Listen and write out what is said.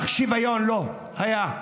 אך שוויון לא היה.